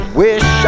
wish